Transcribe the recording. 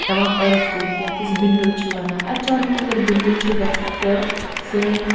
یِوان أرٕتھ کُییٖک یتھ أسۍ بنیُل چھِ ونان اچانٛک اگر بُنیُل چھُ گَژھان تہٕ سٲنۍ